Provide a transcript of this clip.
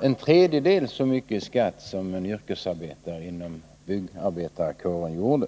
en tredjedel av den skatt som en yrkesarbetare inom byggnadsarbetarkåren betalade.